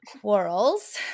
quarrels